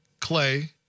Clay